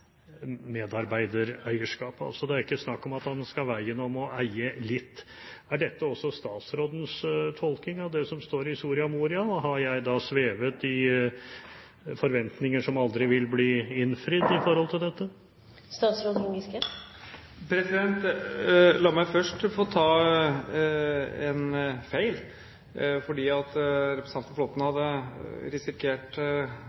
er altså ikke snakk om at man skal veien om å eie litt. Er dette også statsrådens tolkning av det som står i Soria Moria? Har jeg da svevet i forventninger som aldri vil bli innfridd i forhold til dette? La meg først få ta en feil. Representanten Flåtten hadde risikert som statsråd å bli beskyldt for feilinformering av Stortinget når han sier at